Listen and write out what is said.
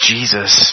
Jesus